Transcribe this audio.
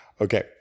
Okay